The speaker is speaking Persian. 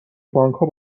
بانکها